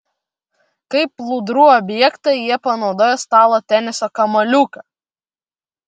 kaip plūdrų objektą jie panaudojo stalo teniso kamuoliuką